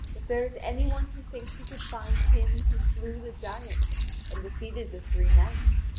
if there is any one who thinks he could find him who slew the giant and defeated the three knights,